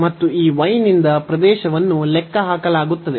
ಮತ್ತು ಈ y ನಿಂದ ಪ್ರದೇಶವನ್ನು ಲೆಕ್ಕಹಾಕಲಾಗುತ್ತದೆ